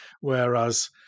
Whereas